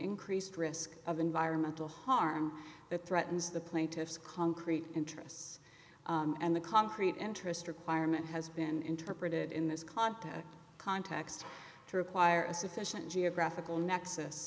increased risk of environmental harm that threatens the plaintiffs concrete interests and the concrete interest requirement has been interpreted in this contest context to require a sufficient geographical nexus